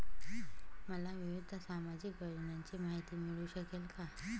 मला विविध सामाजिक योजनांची माहिती मिळू शकेल का?